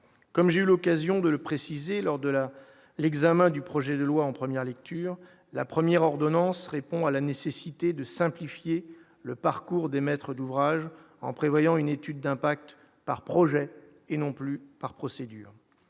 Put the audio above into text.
comme j'ai eu l'occasion de le préciser, lors de la l'examen du projet de loi en première lecture la première ordonnance répond à la nécessité de simplifier le parcours des maîtres d'ouvrages en prévoyant une étude d'impact par projet et non plus par procédure